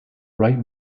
bright